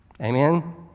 Amen